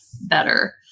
better